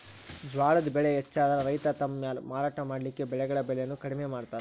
ಜ್ವಾಳದ್ ಬೆಳೆ ಹೆಚ್ಚಾದ್ರ ರೈತ ತಮ್ಮ ಮಾಲ್ ಮಾರಾಟ ಮಾಡಲಿಕ್ಕೆ ಬೆಳೆಗಳ ಬೆಲೆಯನ್ನು ಕಡಿಮೆ ಮಾಡತಾರ್